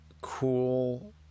cool